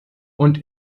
und